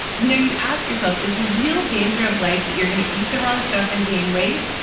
you know, you ask yourself, is the real danger of life that you're gonna eat the wrong stuff and gain weight?